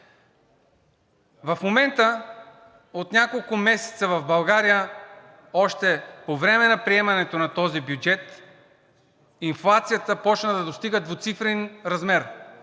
В момента, от няколко месеца в България, още по време на приемането на този бюджет, инфлацията започна да достига двуцифрен размер.